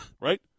Right